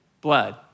blood